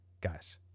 Guys